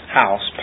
house